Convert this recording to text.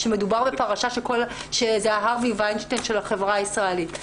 שמדובר בפרשה שזה ההארווי ויינשטיין של החברה הישראלית.